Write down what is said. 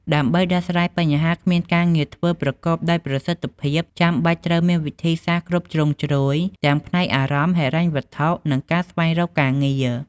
ដើម្បីដោះស្រាយបញ្ហាគ្មានការងារធ្វើប្រកបដោយប្រសិទ្ធភាព ចាំបាច់ត្រូវមានវិធីសាស្ត្រគ្រប់ជ្រុងជ្រោយទាំងផ្នែកអារម្មណ៍ ហិរញ្ញវត្ថុ និងការស្វែងរកការងារ។